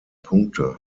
punkte